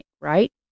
right